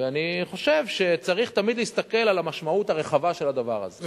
ואני חושב שצריך תמיד להסתכל על המשמעות הרחבה של הדבר הזה.